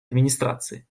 администрации